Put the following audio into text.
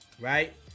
right